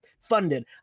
funded